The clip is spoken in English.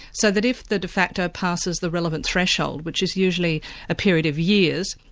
so that if the de facto passes the relevant threshold, which is usually a period of years,